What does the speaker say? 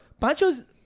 Pancho's